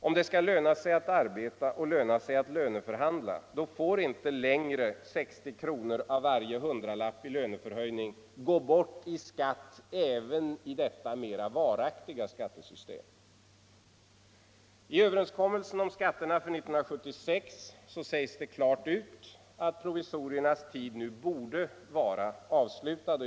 Om det skall löna sig att arbeta och löna sig att löneförhandla får inte 60 kr. av varje hundralapp i löneförhöjning gå bort i skatt även i detta mera varaktiga skattesystem. I överenskommelsen om skatterna för 1976 sägs det klart ut att provisoriernas tid nu borde vara avslutad.